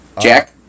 Jack